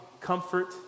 comfort